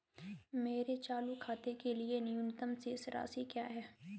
मेरे चालू खाते के लिए न्यूनतम शेष राशि क्या है?